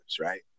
right